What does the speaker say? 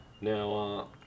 Now